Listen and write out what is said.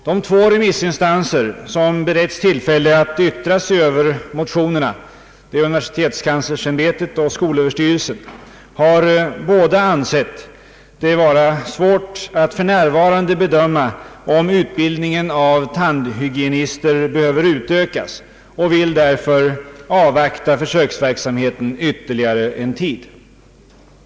De två remissinstanser som beretts tillfälle att yttra sig över motionerna, universitetskanslersämbetet och skolöverstyrelsen, har båda ansett det vara svårt att för närvarande bedöma om utbildningen av tandhygienister behöver utökas och vill därför avvakta försöksverksamheten ytterligare en tid.